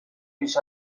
بیش